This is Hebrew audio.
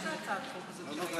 אתם לא יכולים לזלזל בנו עד כדי כך.